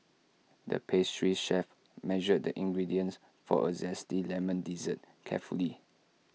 the pastry chef measured the ingredients for A Zesty Lemon Dessert carefully